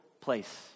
place